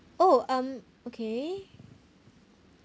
oh um okay